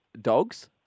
dogs